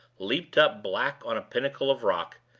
leaped up black on a pinnacle of rock,